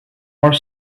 more